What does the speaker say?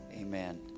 Amen